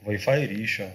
vai fai ryšio